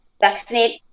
vaccinate